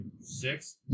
Six